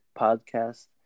podcast